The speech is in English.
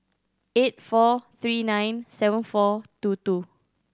eight four three nine seven four two two